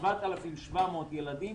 7,700 ילדים,